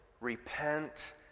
repent